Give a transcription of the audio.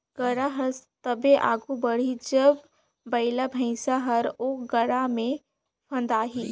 गाड़ा हर तबे आघु बढ़ही जब बइला भइसा हर ओ गाड़ा मे फदाही